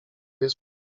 jest